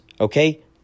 Okay